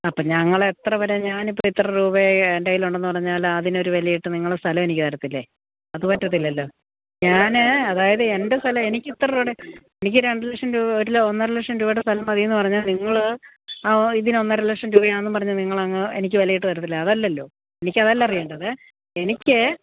അപ്പം ഞങ്ങൾ എത്ര വരെ ഞാനിപ്പോൾ എത്ര രൂപയാണ് എന്റെ കയ്യിൽ ഉണ്ടെന്ന് പറഞ്ഞാലും അതിനൊരു വിലയിട്ട് നിങ്ങൾ സ്ഥലം എനിക്ക് തരില്ലേ അത് പറ്റില്ലല്ലോ ഞാൻ അതായത് എന്റെ സ്ഥലം എനിക്ക് ഇത്ര രൂപയുടെ എനിക്ക് രണ്ട് ലക്ഷം രൂപ ഒരു ഒന്നര ലക്ഷം രൂപയുടെ സ്ഥലം മതി എന്ന് പറഞ്ഞാൽ നിങ്ങൾ ആ ഇതിന് ഒന്നര ലക്ഷം രൂപയാണെന്ന് പറഞ്ഞ് നിങ്ങൾ അങ്ങ് എനിക്ക് വിലയിട്ട് തരില്ല അതല്ലല്ലോ എനിക്ക് അതല്ല അറിയേണ്ടത് എനിക്ക്